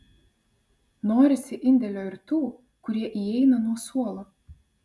norisi indėlio ir tų kurie įeina nuo suolo